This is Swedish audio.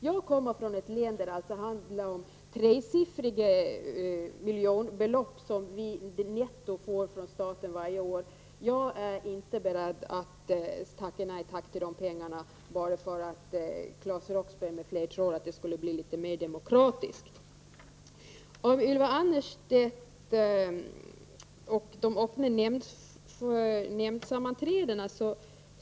Jag kommer från ett län där det handlar om tresiffriga miljonbelopp som vi i netto får från staten varje år. Jag är inte beredd att säga nej tack till de pengarna bara för att Claes Roxbergh m.fl. tror att det skulle bli litet mera demokratiskt. Ylva Annerstedt talade om de öppna nämndsammanträdena.